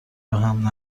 راهم